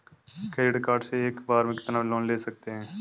Credit card से एक बार में कितना लोन ले सकते हैं?